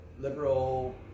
liberal